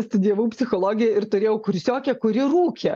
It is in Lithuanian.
studijavau psichologiją ir turėjau kursiokę kuri rūkė